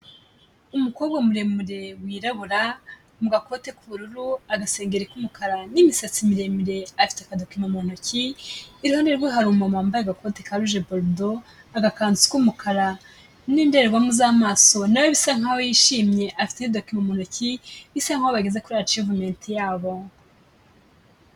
Umukobwa muremure wirabura mu gakote k'ubururu, agasengeri k'umukara n'imisatsi miremire, afite akadokima mu ntoki, iruhande rwe hari umuntu wambaye agakoti ka ruje borudo, agakanzu k'umukara n'indorerwamo z'amaso, na we bisa nkaho yishimye afite document mu ntoki, bisa nkaho bageze kuri achievement yabo.